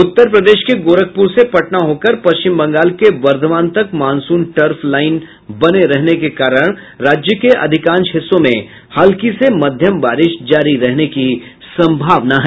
उत्तर प्रदेश के गोरखपुर से पटना होकर पश्चिम बंगाल के बर्धवान तक मॉनसून ट्रफ लाईन बने रहने के कारण राज्य के अधिकांश हिस्सों में हल्की से मध्यम बारिश जारी रहने की संभावना है